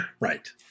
Right